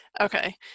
Okay